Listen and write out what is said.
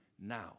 now